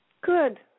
Good